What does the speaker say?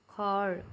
ঘৰ